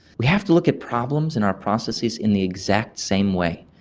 we have to look at problems in our processes in the exact same way.